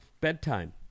bedtime